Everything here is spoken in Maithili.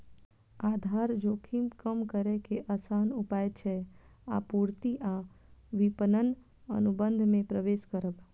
आधार जोखिम कम करै के आसान उपाय छै आपूर्ति आ विपणन अनुबंध मे प्रवेश करब